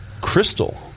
crystal